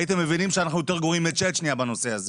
הייתם מבינים שאנחנו יותר גרועים מצ'צ'ניה בנושא הזה,